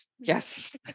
Yes